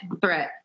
threat